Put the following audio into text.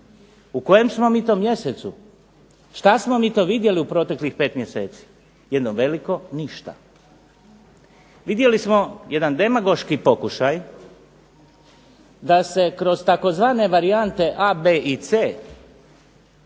U kojem smo mi to mjesecu? Šta smo mi to vidjeli u proteklih pet mjeseci? Jedno veliko ništa. Vidjeli smo jedan demagoški pokušaj da se kroz tzv. varijante a, b i c